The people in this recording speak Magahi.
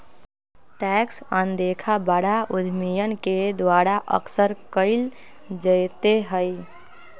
टैक्स अनदेखा बड़ा उद्यमियन के द्वारा अक्सर कइल जयते हई